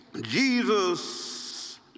Jesus